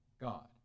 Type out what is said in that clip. God